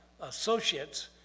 associates